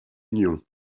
union